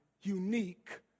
unique